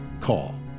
Call